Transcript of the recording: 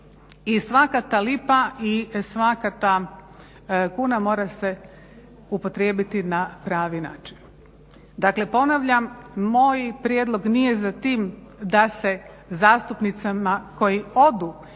i svaka ta lipa i svaka ta kuna mora se upotrijebiti na pravi način. Dakle, ponavljam, moj prijedlog nije za tim da se zastupnicima koji odu